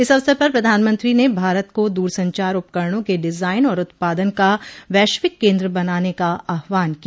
इस अवसर पर प्रधानमंत्री ने भारत को दूरसंचार उपकरणों के डिजाइन और उत्पादन का वैश्विक केन्द्र बनाने का आहवान किया